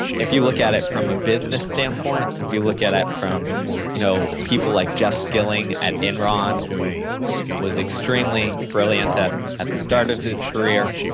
if you look at it from a business standpoint, and if you look at if from you know people like jeff skilling at enron who was extremely brilliant at at the start of his career,